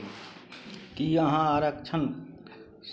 की अहाँ आरक्षण